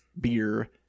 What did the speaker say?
beer